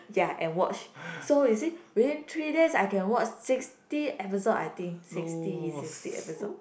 ya and watch so you see within three days I can watch sixty episode I think sixty is sixty episode